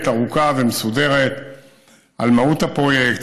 ארוכה ומסודרת על מהות הפרויקט,